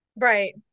right